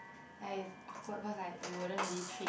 I've awkward cause like you wouldn't really treat